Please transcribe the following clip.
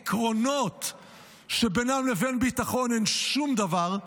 עקרונות שבינם לבין ביטחון אין שום דבר,